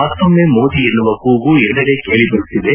ಮತ್ತೊಮ್ಮೆ ಮೋದಿ ಎನ್ನುವ ಕೂಗು ಎಲ್ಲೆಡೆ ಕೇಳಿಬರುತ್ತಿದೆ